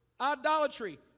Idolatry